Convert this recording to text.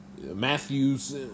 Matthews